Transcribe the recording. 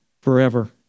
forever